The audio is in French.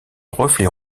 reflets